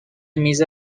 میز